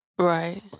Right